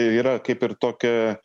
yra kaip ir tokia